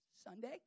Sunday